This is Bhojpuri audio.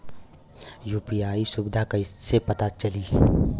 यू.पी.आई सुबिधा कइसे पता चली?